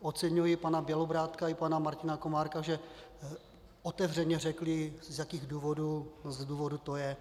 Oceňuji pana Bělobrádka i pana Martina Komárka, že otevřeně řekli, z jakých důvodů to je.